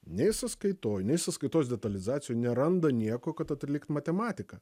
nei sąskaitoj nei sąskaitos detalizacijoj neranda nieko kad atlikt matematiką